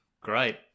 Great